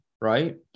right